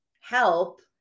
help